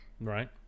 Right